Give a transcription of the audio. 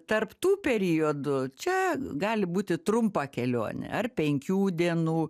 tarp tų periodu čia gali būti trumpa kelionė ar penkių dienų